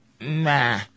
nah